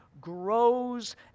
grows